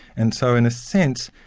and so in a sense,